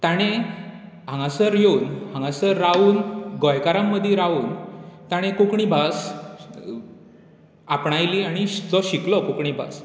तांणे हांगासर येवन हांगासर रावून गोंयकारां मदीं रावून तांणे कोंकणी भास आपणायली आनी तो शिकलो कोंकणी भास